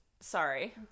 sorry